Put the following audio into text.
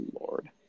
Lord